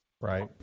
Right